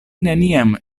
neniam